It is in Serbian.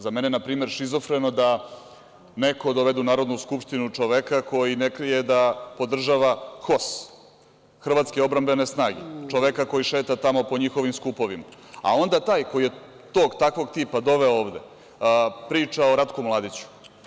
Za mene je, na primer, šizofreno da neko dovede u Narodnu skupštinu čoveka koji ne krije da podržava HOS, Hrvatske odbrambene snage, čoveka koji šeta tamo po njihovim skupovima, a onda onaj koji je tog takvog tipa doveo ovde priča o Ratku Mladiću.